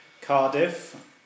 Cardiff